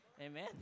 Amen